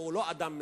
הוא לא אדם מזגזג.